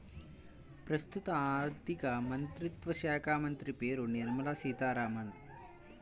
ప్రస్తుత ఆర్థికమంత్రిత్వ శాఖామంత్రి పేరు నిర్మల సీతారామన్